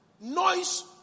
noise